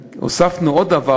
הוספנו עוד דבר,